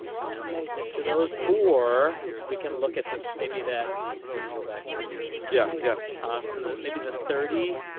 do we want to stick to those or we can look at this may be that if you go back to that real quick yeah yeah i'm so that maybe the thirty.